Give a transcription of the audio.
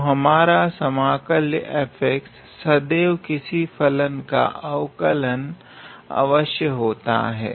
तो हमारा समाकल्य सदैव किसी फलन का अवकलन अवश्य होता है